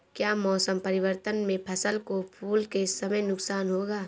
क्या मौसम परिवर्तन से फसल को फूल के समय नुकसान होगा?